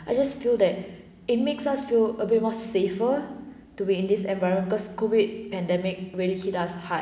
I just feel that it makes us feel a bit more safer to be in this environment because COVID pandemic really hit us hard